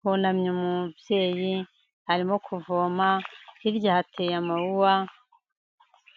hunamye umubyeyi arimo kuvoma hirya hateye amawuwa,